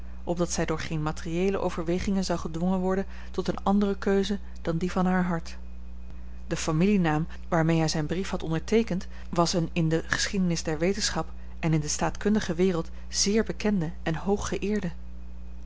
opdat zij door geene materiëele overwegingen zou gedwongen worden tot eene andere keuze dan die van haar hart de familienaam waarmee hij zijn brief had onderteekend was een in de geschiedenis der wetenschap en in de staatkundige wereld zeer bekende en